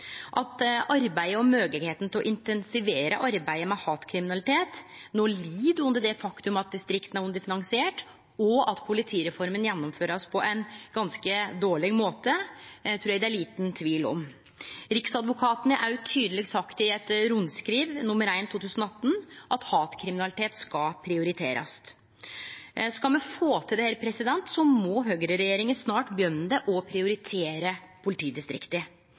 At arbeidet og moglegheitene til å intensivere arbeidet med hatkriminalitet no lid under det faktum at distrikta er underfinansierte, og at politireforma blir gjennomført på ein ganske dårleg måte, trur eg det er liten tvil om. Riksadvokaten har òg tydeleg sagt i Rundskriv 1/2018 at hatkriminalitet skal prioriterast. Skal me få til dette, må høgreregjeringa snart begynne å prioritere politidistrikta.